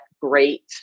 great